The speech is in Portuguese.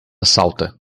salta